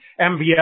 MVS